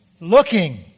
looking